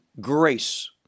grace